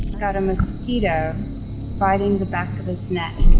got a mosquito biting the back of his neck